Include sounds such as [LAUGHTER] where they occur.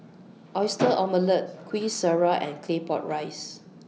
Oyster [NOISE] Omelette Kueh Syara and Claypot Rice